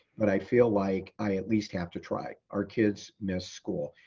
but i feel like i at least have to try. our kids miss school.